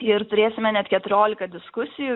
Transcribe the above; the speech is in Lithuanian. ir turėsime net keturiolika diskusijų